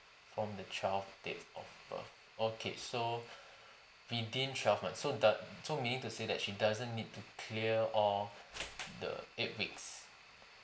from the child date of birth okay so within twelve month so doe~ so meaning to say that she doesn't need to clear all the eight weeks